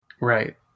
Right